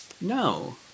No